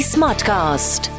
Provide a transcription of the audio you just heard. Smartcast